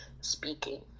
speaking